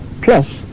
plus